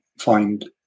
find